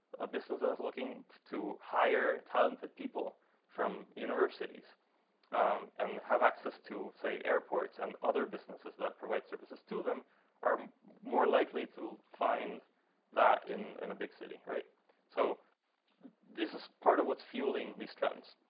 a business that is looking to hire talented people from universities and have access to, say, airports and other businesses that provide services to them are more likely to find that in and a big city. so this is part of what's fueling these trends.